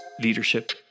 leadership